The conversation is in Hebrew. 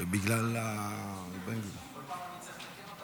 כל פעם אני צריך לתקן אותם